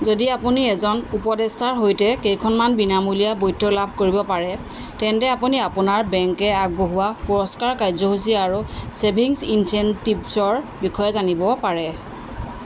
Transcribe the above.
যদি আপুনি এজন উপদেষ্টাৰ সৈতে কেইখনমান বিনামূলীয়া বৈঠক লাভ কৰিব পাৰে তেন্তে আপুনি আপোনাৰ বেংকে আগবঢ়োৱা পুৰস্কাৰ কাৰ্য্যসূচী আৰু ছেভিংচ ইনচেণ্টিভচৰ বিষয়ে জানিব পাৰে